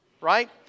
right